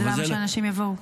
אז למה שאנשים יבואו?